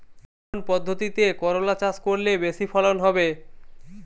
কোন পদ্ধতিতে করলা চাষ করলে বেশি ফলন হবে?